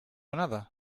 another